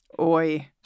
Oi